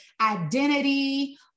identity